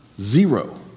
Zero